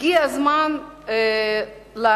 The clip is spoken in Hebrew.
הגיע הזמן להבהיר